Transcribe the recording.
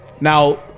Now